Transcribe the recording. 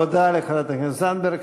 תודה לחברת הכנסת זנדברג.